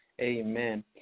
Amen